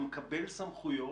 שהוא מקבל סמכויות.